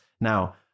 Now